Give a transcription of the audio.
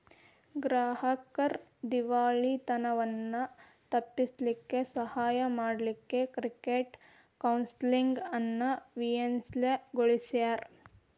ಗ್ರಾಹಕ್ರ್ ದಿವಾಳಿತನವನ್ನ ತಪ್ಪಿಸ್ಲಿಕ್ಕೆ ಸಹಾಯ ಮಾಡ್ಲಿಕ್ಕೆ ಕ್ರೆಡಿಟ್ ಕೌನ್ಸೆಲಿಂಗ್ ಅನ್ನ ವಿನ್ಯಾಸಗೊಳಿಸ್ಯಾರ್